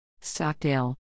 Stockdale